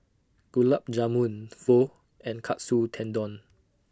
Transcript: Gulab Jamun Pho and Katsu Tendon